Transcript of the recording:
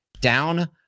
down